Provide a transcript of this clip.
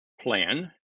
plan